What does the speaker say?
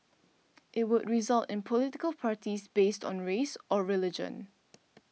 it would result in political parties based on race or religion